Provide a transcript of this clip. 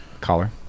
Collar